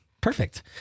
Perfect